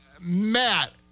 Matt